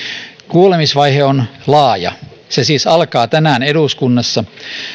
kuulemisvaihe on laaja se siis alkaa tänään eduskunnassa